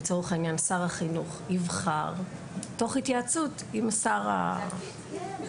לצורך העניין שר החינוך יבחר תוך התייעצות עם השר --- היוועצות,